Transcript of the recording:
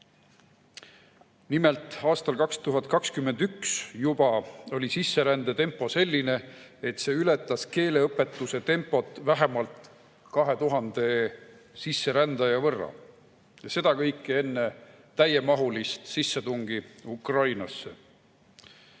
Nimelt, juba aastal 2021 oli sisserände tempo selline, et see ületas keeleõpetuse tempot vähemalt 2000 sisserändaja võrra. Ja seda kõike enne täiemahulist sissetungi Ukrainasse.